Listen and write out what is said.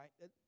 right